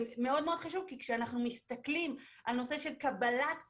זה מאוד מאוד חשוב כי כשאנחנו מסתכלים על הנושא של קבלת קהל,